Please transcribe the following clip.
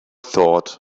thought